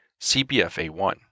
CBFA1